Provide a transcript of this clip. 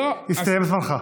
הסתיים זמנך.